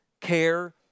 care